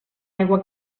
aigua